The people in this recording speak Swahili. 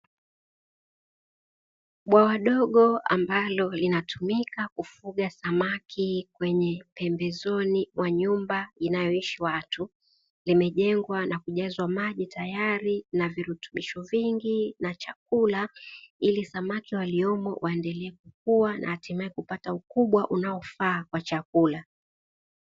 Bwawa dogo ambalo linatumika kufugia samaki kwenye pembezoni mwa nyumba inayoishi watu, imejengwa na kujazwa maji tayari na virutubisho vingi na chakula ili samaki waendelee kukua, na hatimaye kupata ukubwa unaofaakwa chakula.